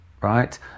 right